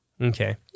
Okay